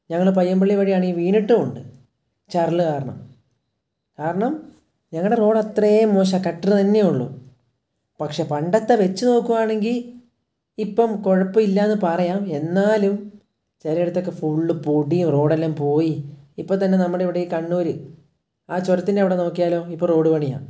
ഞങ്ങൾ പയ്യമ്പള്ളി വഴിയാണെങ്കിൽ വീണിട്ടും ഉണ്ട് ചരൽ കാരണം കാരണം ഞങ്ങളുടെ റോഡത്രയും മോശമാണ് കട്ടറ് തന്നെയേ ഉള്ളു പക്ഷെ പണ്ടത്തെ വെച്ചു നോക്കുകയാണെങ്കിൽ ഇപ്പം കുഴപ്പം ഇല്ലയെന്നു പറയാം എന്നാലും ചിലയിടത്തൊക്കെ ഫുള്ള് പൊടിയും റോഡെല്ലാം പോയി ഇപ്പോൾ തന്നെ നമ്മുടെ ഇവിടെ ഈ കണ്ണൂർ ആ ചുരത്തിൻ്റെ അവിടെ നോക്കിയാലോ ഇപ്പോൾ റോഡ് പണിയാണ്